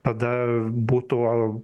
tada būtų